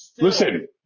listen